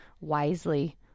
wisely